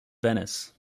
venice